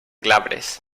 glabres